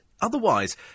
otherwise